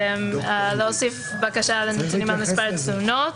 להוסיף בקשה עם מספר התלונות.